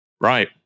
Right